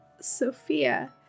Sophia